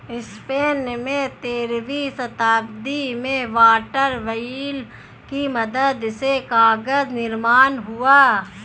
Spain में तेरहवीं शताब्दी में वाटर व्हील की मदद से कागज निर्माण हुआ